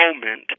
moment